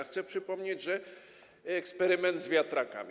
Chcę przypomnieć eksperyment z wiatrakami.